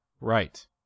Right